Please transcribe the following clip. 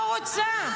לא רוצה.